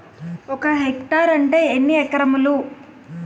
ఒక హెక్టార్ అంటే ఎన్ని ఏకరములు?